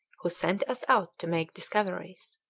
who sent us out to make discoveries.